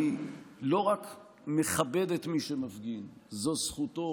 אני לא רק מכבד את מי שמפגין, זו זכותו,